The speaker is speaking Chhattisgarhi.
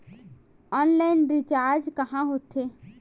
ऑफलाइन रिचार्ज कहां होथे?